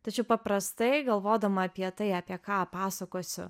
tačiau paprastai galvodama apie tai apie ką pasakosiu